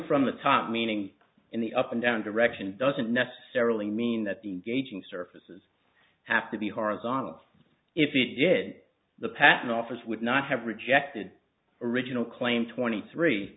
from the top meaning in the up and down direction doesn't necessarily mean that the aging surfaces have to be horizontal if it did the patent office would not have rejected original claim twenty three